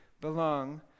belong